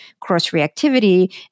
cross-reactivity